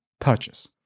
purchase